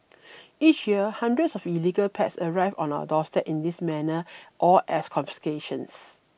each year hundreds of illegal pets arrive on our doorstep in this manner or as confiscations